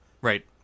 Right